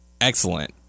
excellent